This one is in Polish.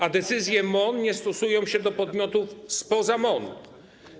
A decyzje MON nie stosują się do podmiotów spoza MON.